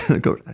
go